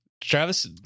Travis